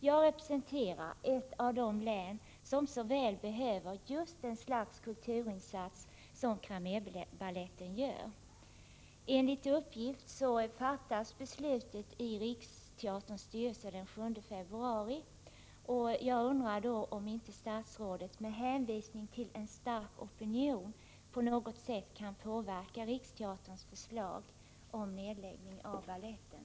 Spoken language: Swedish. Jag representerar ett av de län som så väl behöver just det slags kulturinsats som Cramérbaletten gör. Enligt uppgift fattas beslutet i Riksteaterns styrelse den 7 februari. Kan då inte statsrådet — med hänvisning till en stark opinion — på något sätt påverka Riksteaterns förslag om nedläggning av baletten?